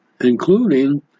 including